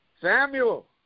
Samuel